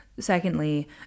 Secondly